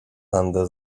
under